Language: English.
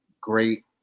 great